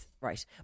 Right